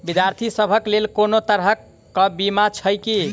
विद्यार्थी सभक लेल कोनो तरह कऽ बीमा छई की?